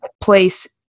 place